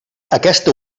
aquesta